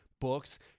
books